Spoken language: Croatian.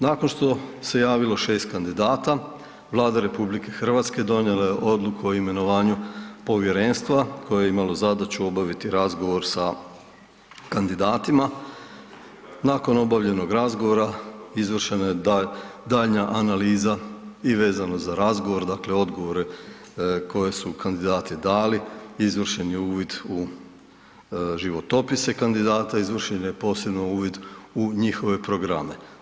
Nakon što se javilo 6 kandidata, Vlada RH donijela je odluku o imenovanju povjerenstva koje je imalo zadaću obaviti razgovor sa kandidatima, nakon obavljenog razgovora izvršena je daljnja analiza i vezano za razgovor dakle odgovore koje su kandidati dali i izvršen je uvid u životopise kandidata, izvršen je posebno uvid u njihove programe.